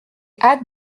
hâte